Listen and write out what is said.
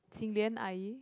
Jing-Lian 阿姨:ayi